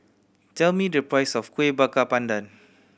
tell me the price of Kuih Bakar Pandan